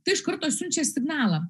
tai iš karto siunčia signalą